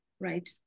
Right